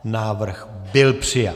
Návrh byl přijat.